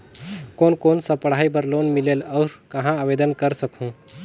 कोन कोन सा पढ़ाई बर लोन मिलेल और कहाँ आवेदन कर सकहुं?